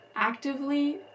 actively